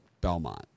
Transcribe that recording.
Belmont